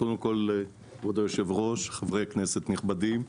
כבוד היושב-ראש, חברי כנסת נכבדים,